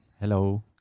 Hello